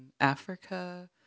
Africa